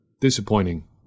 disappointing